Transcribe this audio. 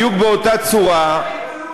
בדיוק באותה צורה,